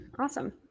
Awesome